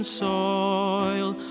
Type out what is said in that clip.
soil